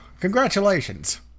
Congratulations